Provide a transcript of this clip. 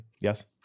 Yes